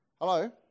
Hello